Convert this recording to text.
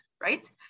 right